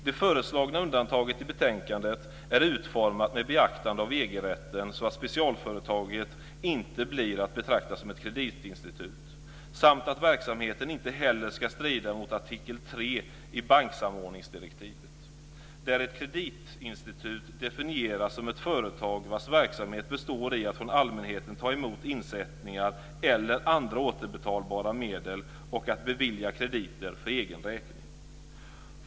Det föreslagna undantaget i betänkandet är utformat med beaktande av EG-rätten så att specialföretaget inte blir att betrakta som ett kreditinstitut samt att verksamheten inte heller ska strida mot artikel 3 i banksamordningsdirektivet, där ett kreditinstitut definieras som ett företag vars verksamhet består i att från allmänheten ta emot insättningar eller andra återbetalbara medel och att bevilja krediter för egen räkning.